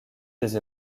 des